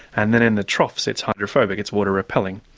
and then in the troughs it's hydrophobic, it's water-repelling.